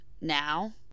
now